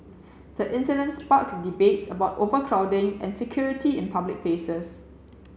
the incident sparked debates about overcrowding and security in public spaces